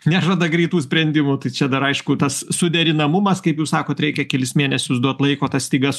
nežada greitų sprendimų tai čia dar aišku tas suderinamumas kaip jūs sakot reikia kelis mėnesius duot laiko tas stygas